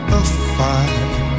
afire